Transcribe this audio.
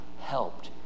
helped